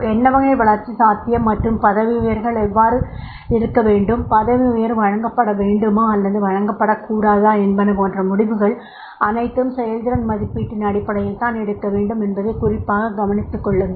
என்ன வகை வளர்ச்சி சாத்தியம் மற்றும் பதவி உயர்வுகள் எவ்வாறு இருக்க வேண்டும் பதவி உயர்வு வழங்கப்பட வேண்டுமா அல்லது வழங்கப்படக்கூடாதா என்பன போன்ற முடிவுகள் அனைத்தும் செயல்திறன் மதிப்பீட்டின் அடிப்படையில் தான் எடுக்கவேண்டும் என்பதை குறிப்பாக கவனித்துக் கொள்ளுங்கள்